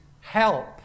help